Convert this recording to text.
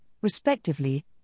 respectively